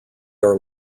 are